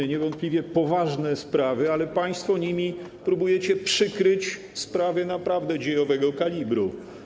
To niewątpliwie poważne sprawy, ale państwo nimi próbujecie przykryć sprawy naprawdę dziejowego kalibru.